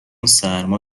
سرما